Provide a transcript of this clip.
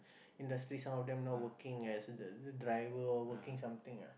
industry some of them now working as the driver or working something ah